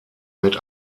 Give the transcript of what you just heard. mit